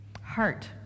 Heart